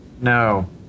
No